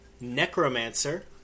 Necromancer